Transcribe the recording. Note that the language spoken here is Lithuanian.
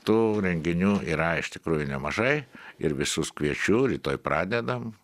tų renginių yra iš tikrųjų nemažai ir visus kviečiu rytoj pradedam